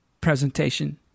presentation